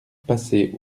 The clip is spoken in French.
passer